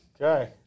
Okay